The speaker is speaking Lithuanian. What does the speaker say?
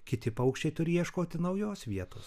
kiti paukščiai turi ieškoti naujos vietos